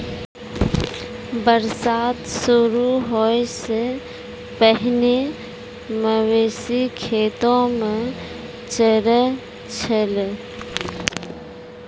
बरसात शुरू होय सें पहिने मवेशी खेतो म चरय छलै